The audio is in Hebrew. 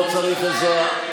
לא צריך עזרה.